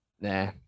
nah